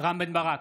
רם בן ברק,